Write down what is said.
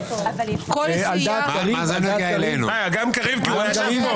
קריב גם מסכים?